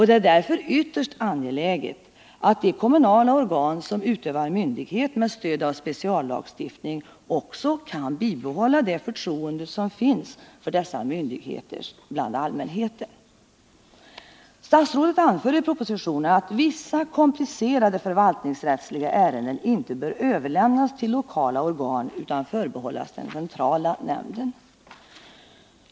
Det är därför ytterst angeläget att de kommunala organ som utövar myndighet med stöd av speciallagstiftning också kan bibehålla det förtroende som finns för dessa myndigheter bland allmänheten. Statsrådet anför i propositionen att vissa komplicerade förvaltningsrättsliga ärenden inte bör överlämnas till lokala organ utan förbehållas den centrala nämnden.